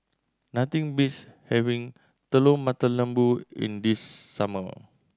nothing beats having Telur Mata Lembu in the summer